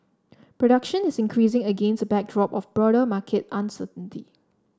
production is increasing against backdrop of broader market uncertainty